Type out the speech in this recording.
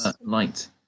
light